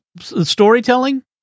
storytelling